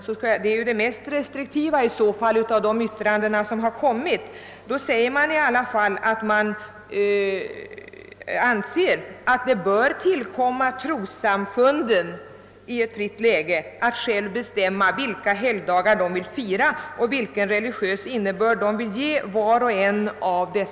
Detta är ju det mest restriktiva av de lämnade yttrandena, men där framhålles i alla fall, att det i ett fritt läge bör »tillkommsa trossamfunden att själva bestämma vilka helgdagar de vill fira och vilken religiös innebörd de vill ge var och en av dem».